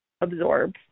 absorb